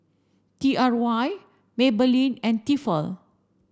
T R Y Maybelline and Tefal